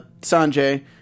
Sanjay